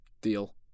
Deal